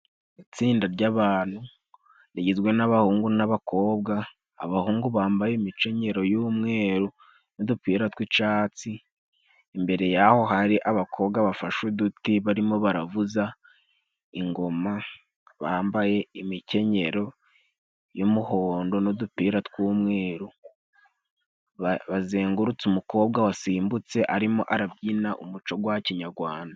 Itsinda ry'abantu rigizwe n'abahungu n'abakobwa. Abahungu bambaye imikenyero y'umweru n'udupira tw'icatsi. Imbere y'aho hari abakobwa bafashe uduti barimo baravuza ingoma, bambaye imkenyero y'umuhondo n'udupira tw'umweru. Bazengurutse umukobwa wasimbutse arimo arabyina umuco gwa kinyarwanda.